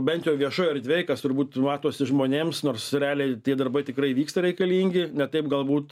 bent jau viešoj erdvėj kas turbūt matosi žmonėms nors realiai tie darbai tikrai vyksta reikalingi ne taip galbūt